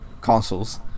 consoles